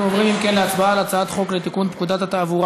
אנחנו עוברים להצבעה על הצעת חוק לתיקון פקודת התעבורה